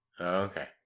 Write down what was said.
Okay